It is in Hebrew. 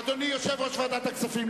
אדוני יושב-ראש ועדת הכספים,